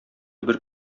бер